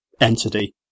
entity